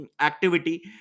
activity